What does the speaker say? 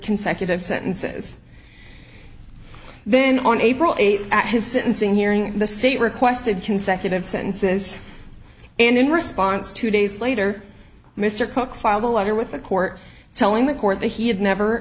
consecutive sentences then on april eighth at his sentencing hearing the state requested consecutive sentences and in response two days later mr cook filed a letter with the court telling the court that he had never